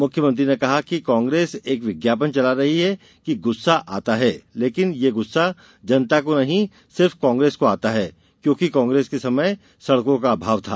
मुख्यमंत्री ने कहा कि कांग्रेस एक विज्ञापन चला रही है कि गुस्सा आता है लेकिन यह गुस्सा जनता को नहीं सिर्फ कांग्रेस को आता है क्योंकि कांग्रेस के समय सड़कों का अभाव था